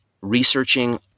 researching